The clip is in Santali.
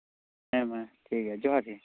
ᱦᱮᱸ ᱢᱟ ᱴᱷᱤᱠᱜᱮᱭᱟ ᱡᱚᱦᱟᱨᱜᱮ